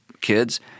kids—